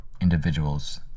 individuals